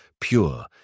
pure